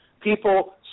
people